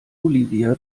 olivia